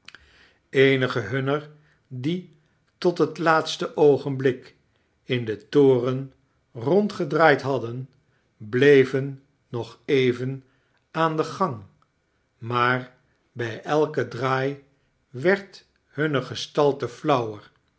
eenigen hunner die tot het laatste oogemblik in den toren rondgedraaid hadden bleven nog even aan den gang maaj bij elken draai werd hunne gestalte flauwer